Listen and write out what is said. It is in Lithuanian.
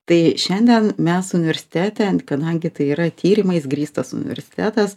tai šiandien mes universitete kadangi tai yra tyrimais grįstas universitetas